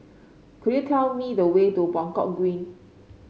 could you tell me the way to Buangkok Green